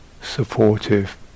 supportive